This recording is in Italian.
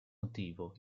motivo